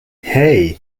hey